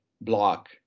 block